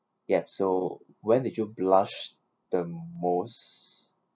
yup so when did you blush the most